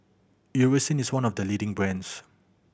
Eucerin is one of the leading brands